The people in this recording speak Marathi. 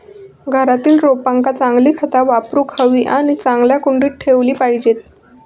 घरातील रोपांका चांगली खता वापरूक हवी आणि चांगल्या कुंडीत ठेवली पाहिजेत